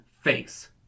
face